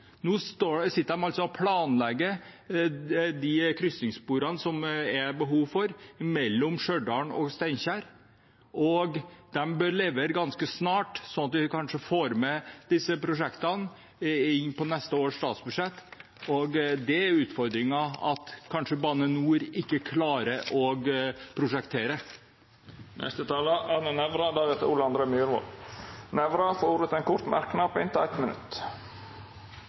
Nå sitter de og planlegger de krysningssporene som det er behov for mellom Stjørdal og Steinkjer, og de bør levere ganske snart, sånn at vi kanskje får med disse prosjektene inn på neste års statsbudsjett. Det er utfordringen, at Bane NOR kanskje ikke klarer å prosjektere. Representanten Arne Nævra har hatt ordet to gonger tidlegare og får ordet til ein kort merknad, avgrensa til 1 minutt.